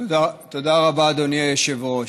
תודה רבה, אדוני היושב-ראש.